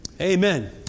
Amen